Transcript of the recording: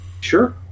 Sure